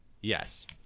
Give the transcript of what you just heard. Yes